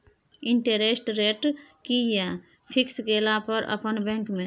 Interest rate कि ये fix केला पर अपन बैंक में?